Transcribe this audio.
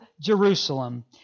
Jerusalem